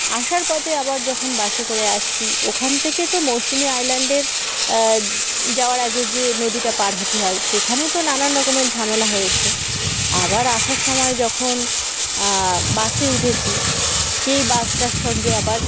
আসার পথে আবার যখন বাসে করে আসছি ওখান থেকে তো মৌসুনি আইল্যান্ডের যাওয়ার আগে যে নদীটা পার হতে হয় সেখানে তো নানান রকমের ঝামেলা হয়েছে আবার আসার সময় যখন বাসে উঠেছি সেই বাসটার সঙ্গে আবার